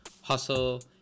hustle